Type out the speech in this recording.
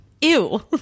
Ew